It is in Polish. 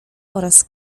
oraz